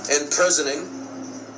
imprisoning